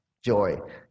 Joy